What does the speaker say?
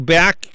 back